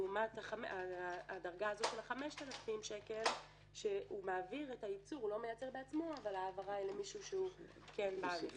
לעומת הדרגה של ה-5,000 שקל שהוא מעביר את הייצור למישהו שהוא כן בעל